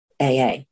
AA